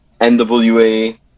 NWA